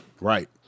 Right